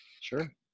Sure